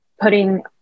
putting